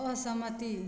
असहमति